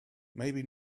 maybe